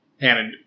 Hannah